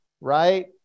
right